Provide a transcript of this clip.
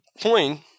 point